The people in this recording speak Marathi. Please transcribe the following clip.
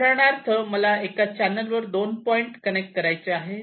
उदाहरणार्थ मला एका चॅनेलवर 2 पॉईंट कनेक्ट करायचे आहेत